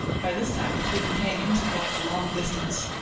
by this time the three companions had walked a long distance.